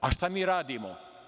A šta mi radimo?